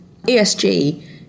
ESG